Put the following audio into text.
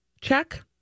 check